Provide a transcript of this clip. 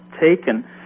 taken